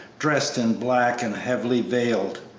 dressed in black and heavily veiled.